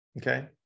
Okay